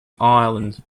ireland